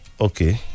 okay